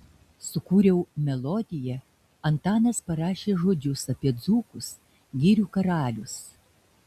sukūriau melodiją antanas parašė žodžius apie dzūkus girių karalius